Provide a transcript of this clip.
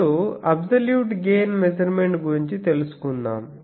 ఇప్పుడు absolute gain measurement గురించి తెలుసుకుందాం